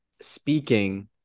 speaking